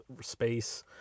space